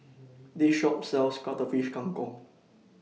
This Shop sells Cuttlefish Kang Kong